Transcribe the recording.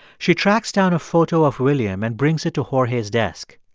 she tracks down a photo of william and brings it to jorge's desk.